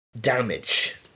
damage